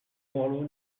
borloo